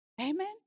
Amen